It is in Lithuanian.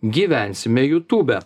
gyvensime youtube